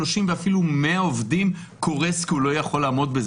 30 ואפילו 100 עובדים קורס כי הוא לא יכול לעמוד בזה.